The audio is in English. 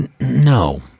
No